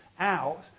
out